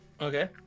okay